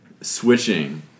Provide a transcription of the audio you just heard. switching